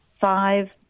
five